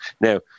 Now